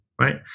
right